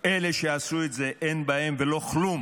אלה שעשו את זה, אין בהם ולא כלום